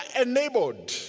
enabled